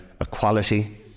equality